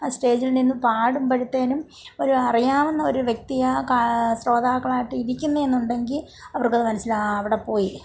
ആ സ്റ്റേജിൽ നിന്നും പാടുമ്പോഴത്തേനും ഒരു അറിയാവുന്ന ഒരു വ്യക്തിയാണ് കാ ശ്രോതാക്കളായിട്ട് ഇരിക്കുന്നേന്നുണ്ടെങ്കിൽ അവർക്കത് മനസ്സിലാകും അവിടെ പോയി